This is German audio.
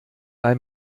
bei